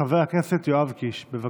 חבר הכנסת יואב קיש, בבקשה.